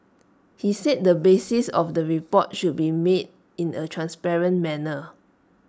he said the basis of the report should be made in A transparent manner